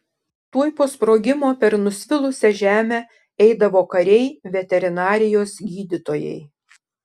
tuoj po sprogimo per nusvilusią žemę eidavo kariai veterinarijos gydytojai